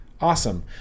awesome